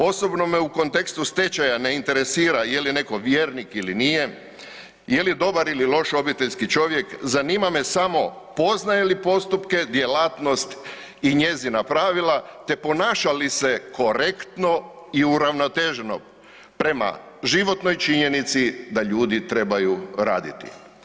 Osobno me u kontekstu stečaja ne interesira je li neko vjernik ili nije, je li dobar ili loš obiteljski čovjek, zanima me samo poznaje li postupke, djelatnost i njezina pravila te ponaša li se korektno i uravnoteženo prema životnoj činjenici da ljudi trebaju raditi.